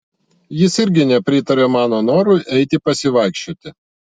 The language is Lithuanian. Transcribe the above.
jis irgi nepritarė mano norui eiti pasivaikščioti